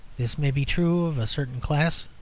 this may be true of a certain class.